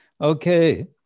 Okay